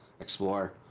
explore